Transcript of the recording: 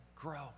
grow